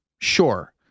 Sure